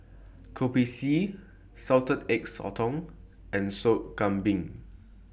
Kopi C Salted Egg Sotong and Sop Kambing